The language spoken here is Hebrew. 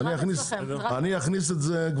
אני אכניס את זה,